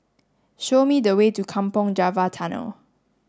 show me the way to Kampong Java Tunnel